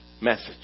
message